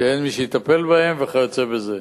שאין מי שיטפל בהם וכיוצא בזה.